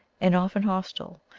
and often hostile,